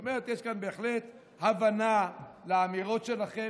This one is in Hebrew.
זאת אומרת, יש כאן בהחלט הבנה לאמירות שלכם.